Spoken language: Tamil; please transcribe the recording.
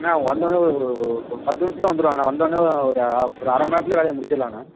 அண்ணா அவங்க வந்தோன்னே ஒரு ஒரு ஒரு பத்து நிமிஷத்தில் வந்துருவாங்கண்ணே வந்தோன்னே ஒரு ஒரு அரைம நேரத்துலையே வேலையை முடிச்சிடலாண்ணா